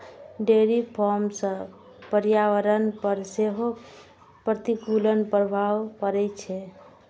dairy farm सं पर्यावरण पर सेहो प्रतिकूल प्रभाव पड़ै छै